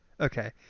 okay